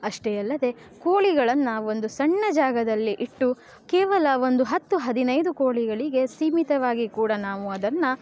ಅಷ್ಟೇ ಅಲ್ಲದೆ ಕೋಳಿಗಳನ್ನು ಒಂದು ಸಣ್ಣ ಜಾಗದಲ್ಲಿ ಇಟ್ಟು ಕೇವಲ ಒಂದು ಹತ್ತು ಹದಿನೈದು ಕೋಳಿಗಳಿಗೆ ಸೀಮಿತವಾಗಿ ಕೂಡ ನಾವು ಅದನ್ನು